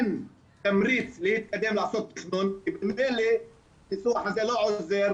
אין תמריץ להתקדם לעשות תכנון כי ממילא הניסוח הזה לא עוזר,